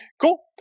Cool